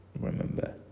remember